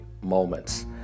Moments